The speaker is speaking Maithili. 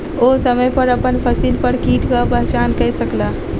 ओ समय पर अपन फसिल पर कीटक पहचान कय सकला